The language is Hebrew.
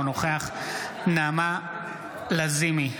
אינו נוכח נעמה לזימי,